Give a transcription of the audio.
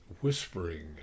whispering